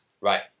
Right